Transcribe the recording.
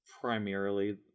primarily